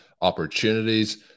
opportunities